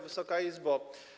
Wysoka Izbo!